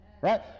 right